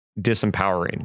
disempowering